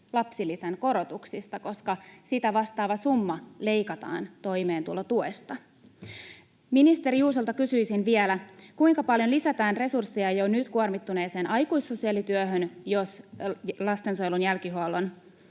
lapsilisän korotuksista, koska sitä vastaava summa leikataan toimeentulotuesta? Ministeri Juusolta kysyisin vielä: kuinka paljon lisätään resursseja jo nyt kuormittuneeseen aikuissosiaalityöhön, jos lastensuojelun jälkihuollon